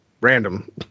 random